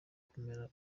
kumera